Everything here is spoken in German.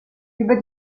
über